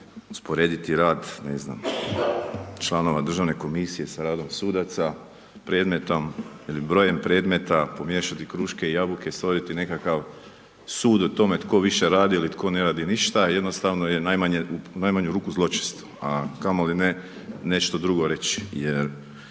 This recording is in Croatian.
usporediti rad, ne znam, članova državne komisije sa radom sudaca, predmetom ili brojem predmeta, pomiješati kruške i jabuke, stvoriti nekakav sud o tome, tko više radi ili tko ne radi ništa, jednostavno je najmanju ruku zločest, a kamoli ne nešto drugo reći jer